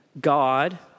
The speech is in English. God